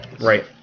Right